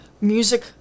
Music